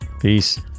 Peace